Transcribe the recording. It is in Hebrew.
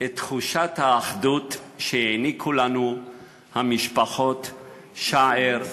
את תחושת האחדות שהעניקו לנו המשפחות שער,